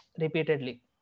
repeatedly